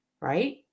right